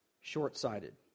short-sighted